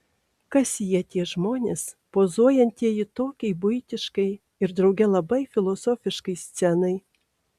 kas jie tie žmonės pozuojantieji tokiai buitiškai ir drauge labai filosofiškai scenai